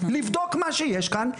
לבדוק מה שיש כאן,